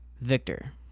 Victor